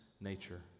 nature